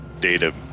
data